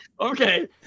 okay